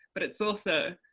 but it's also